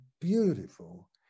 beautiful